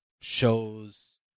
shows